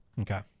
Okay